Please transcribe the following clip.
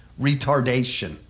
retardation